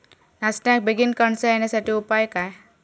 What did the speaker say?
नाचण्याक बेगीन कणसा येण्यासाठी उपाय काय?